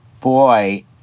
boy